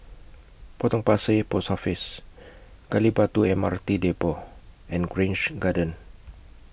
Potong Pasir Post Office Gali Batu M R T Depot and Grange Garden